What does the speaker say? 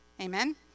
Amen